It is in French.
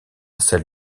celle